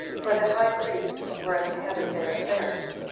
for the high priests were at the head of their affairs,